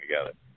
together